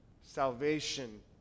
salvation